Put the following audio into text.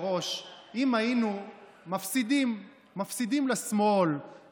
זה פשוט לראות